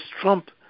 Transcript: Trump